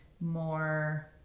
more